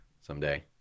someday